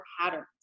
patterns